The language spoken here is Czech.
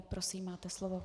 Prosím, máte slovo.